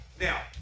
Now